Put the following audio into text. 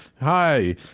Hi